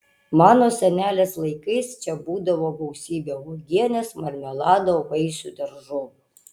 mano senelės laikais čia būdavo gausybė uogienės marmelado vaisių daržovių